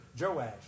Joash